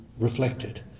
reflected